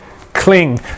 Cling